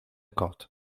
kot